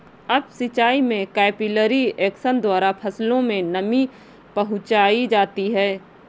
up सिचाई में capillary action द्वारा फसलों में नमी पहुंचाई जाती है